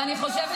ואני חושבת,